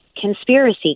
conspiracy